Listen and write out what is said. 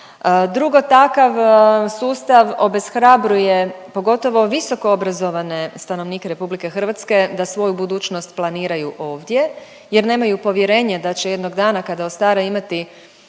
Drugo, takav sustav obeshrabruje, pogotovo visoko obrazovane stanovnike RH da svoju budućnost planiraju ovdje, jer nemaju povjerenje da će jednog dana kada ostare imati